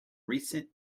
recent